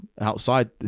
outside